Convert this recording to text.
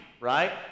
right